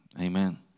Amen